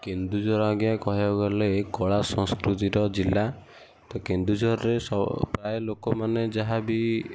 କେନ୍ଦୁଝର ଆଜ୍ଞା କହିବାକୁ ଗଲେ କଳା ସଂସ୍କୃତିର ଜିଲ୍ଲା ତ କେନ୍ଦୁଝରରେ ପ୍ରାୟ ଲୋକମାନେ ଯାହାବି